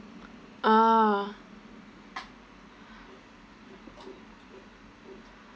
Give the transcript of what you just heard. ah